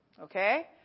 Okay